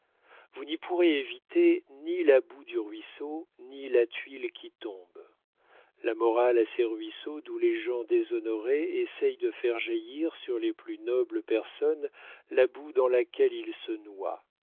vous n'y pourrez éviter ni la boue du ruisseau ni la tuile qui tombe la morale a ses ruisseaux d'où les gens déshonorés essaient de faire jaillir sur les plus nobles personnes la boue dans laquelle ils se noient